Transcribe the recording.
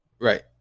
right